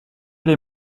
les